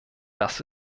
das